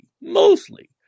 mostly